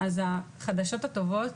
אז החדשות הטובות,